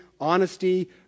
honesty